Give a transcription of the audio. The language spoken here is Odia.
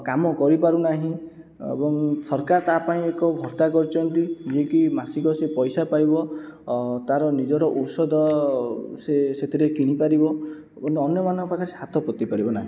କାମ କରିପାରୁନାହିଁ ଏବଂ ସରକାର ତା' ପାଇଁ ଏକ ଭତ୍ତା କରିଛନ୍ତି ଯିଏକି ମାସିକ ସିଏ ପଇସା ପାଇବ ତା'ର ନିଜର ଔଷଧ ସେ ସେଥିରେ କିଣି ପାରିବ ଏବଂ ଅନ୍ୟମାନଙ୍କ ପାଖରେ ସେ ହାତ ପତାଇ ପାରିବନାହିଁ